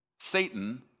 Satan